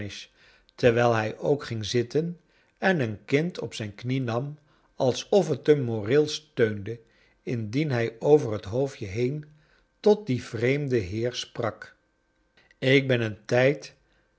terwijl hij ook ging zitten en een kind op zijn knie nam als of t hem moreel steunde indien hij over het hoofdje heen tot dien vreemden heer sprak ik ben een tijd